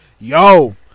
Yo